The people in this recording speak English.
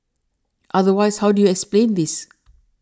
otherwise how do you explain this